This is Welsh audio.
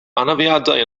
anafiadau